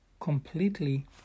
completely